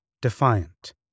defiant